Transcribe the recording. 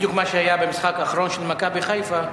בדיוק מה שהיה במשחק האחרון של "מכבי חיפה",